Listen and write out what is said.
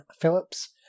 Phillips